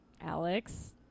Alex